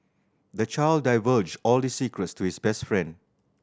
the child divulged all his secrets to his best friend